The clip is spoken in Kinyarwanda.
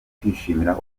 kwishimira